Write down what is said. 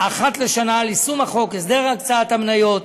אחת לשנה על יישום החוק, הסדר הקצאת המניות,